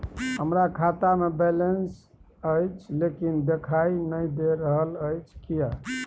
हमरा खाता में बैलेंस अएछ लेकिन देखाई नय दे रहल अएछ, किये?